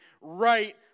right